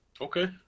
Okay